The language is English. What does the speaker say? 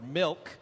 milk